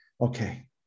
okay